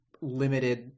limited